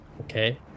Okay